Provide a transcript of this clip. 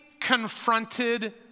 confronted